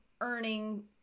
earning